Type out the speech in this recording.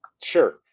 sure